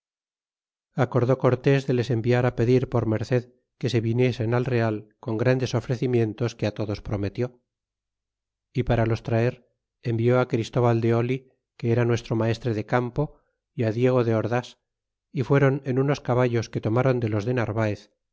acordó cortés de les enviar pedir por merced que se viniesen al real con grandes ofrecimientos que todos prometió y para los traer envió christóbal de oh que era nuestro maestre de campo e diego de ordas y fueron en unos caballos que tomaron de los de narvaez